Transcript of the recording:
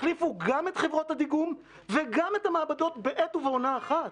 החליפו גם את חברות הדיגום וגם את המעבדות בעת ובעונה אחת.